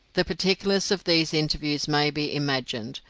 the particulars of these interviews may be imagined,